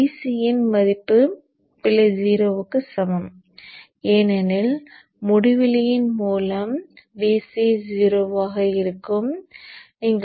Vc இன் மதிப்பு பிழை 0 க்கு சமம் ஏனெனில் முடிவிலியின் மூலம் Vc 0 ஆக இருக்கும்